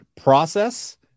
process